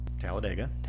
Talladega